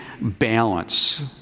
balance